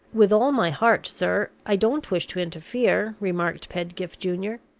with all my heart, sir i don't wish to interfere, remarked pedgift junior.